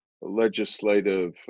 legislative